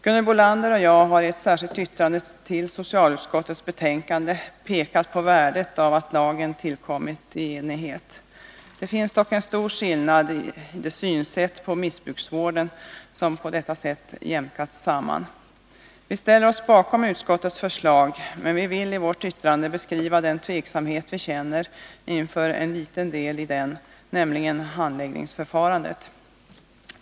Gunhild Bolander och jag har i ett särskilt yttrande till socialutskottets betänkande pekat på värdet av att lagen tillkommit i enighet. Det finns dock en stor skillnad i de synsätt på missbrukarvården vilka på detta sätt har jämkats samman. Vi ställer oss bakom utskottets förslag, men vill i vårt yttrande beskriva den tveksamhet som vi känner inför en liten del av utskottsförslaget, nämligen handläggningsförfarandet.